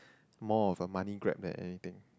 more of a money grab than anything